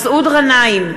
מסעוד גנאים,